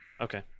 Okay